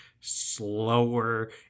slower